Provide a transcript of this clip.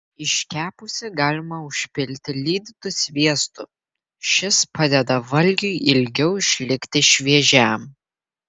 iškepusį galima užpilti lydytu sviestu šis padeda valgiui ilgiau išlikti šviežiam